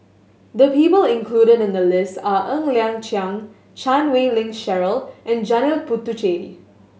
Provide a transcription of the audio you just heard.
the people included in the list are Ng Liang Chiang Chan Wei Ling Cheryl and Janil Puthucheary